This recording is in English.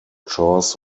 chores